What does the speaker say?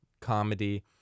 comedy